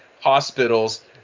hospitals